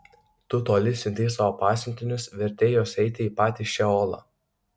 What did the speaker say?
tu toli siuntei savo pasiuntinius vertei juos eiti į patį šeolą